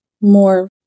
more